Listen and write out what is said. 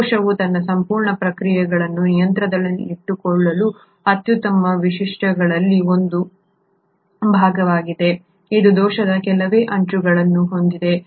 ಕೋಶವು ತನ್ನ ಸಂಪೂರ್ಣ ಪ್ರಕ್ರಿಯೆಗಳನ್ನು ನಿಯಂತ್ರಣದಲ್ಲಿಟ್ಟುಕೊಳ್ಳುವ ಅತ್ಯುತ್ತಮ ವೈಶಿಷ್ಟ್ಯಗಳಲ್ಲಿ ಇದು ಒಂದಾಗಿದೆ ಇದು ದೋಷದ ಕೆಲವೇ ಅಂಚುಗಳನ್ನು ಹೊಂದಿದೆ